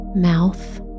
Mouth